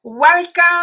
Welcome